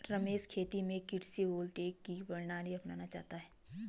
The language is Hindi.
रमेश खेत में कृषि वोल्टेइक की प्रणाली अपनाना चाहता है